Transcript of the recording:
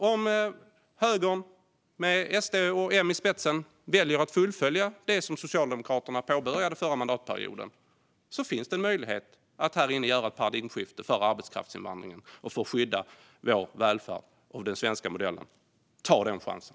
Om högern med Sverigedemokraterna och Moderaterna i spetsen väljer att fullfölja det som Socialdemokraterna påbörjade förra mandatperioden finns det en möjlighet att genomföra ett paradigmskifte när det gäller arbetskraftsinvandringen och skydda vår välfärd och den svenska modellen. Ta den chansen!